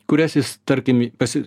kurias jis tarkim pasi